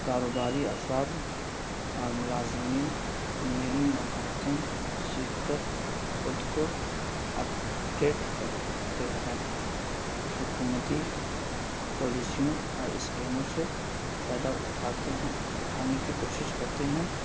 کاروباری افراد اور ملازمین نئی مہارتیں سیکھ کر خود کو اپڈیٹ کرتے ہیں حکومتی پالیسیوں اور اسکیموں سے فائدہ اٹھاتے ہیں اٹھانے کی کوشش کرتے ہیں